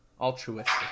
altruistic